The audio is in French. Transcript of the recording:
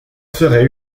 ferai